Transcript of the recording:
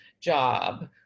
job